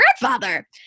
grandfather